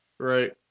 Right